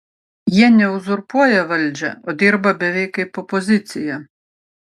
jie ne uzurpuoja valdžią o dirba beveik kaip opozicija